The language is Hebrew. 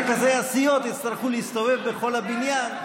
רכזי הסיעות יצטרכו להסתובב בכל הבניין.